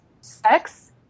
sex